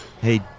Hey